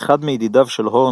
אחד מידידיו של הורנר,